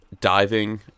diving